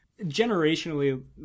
generationally